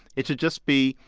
it should just be,